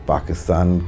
Pakistan